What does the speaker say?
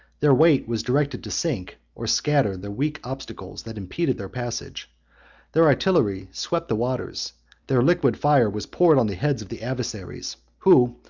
their weight was directed to sink or scatter the weak obstacles that impeded their passage their artillery swept the waters their liquid fire was poured on the heads of the adversaries, who,